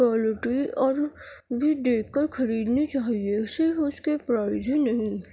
quality اور بھی دیکھ کر خریدنی چاہیے صرف اس کے پرائز ہی نہیں